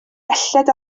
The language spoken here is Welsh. belled